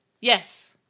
Yes